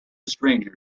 stranger